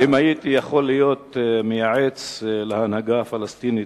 אם הייתי יכול להיות מייעץ להנהגה הפלסטינית